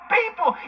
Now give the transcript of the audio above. people